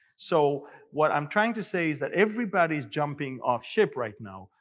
so what i am trying to say is that everybody's jumping off ship right now.